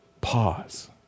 Pause